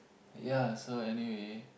yea so anyway